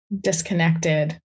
disconnected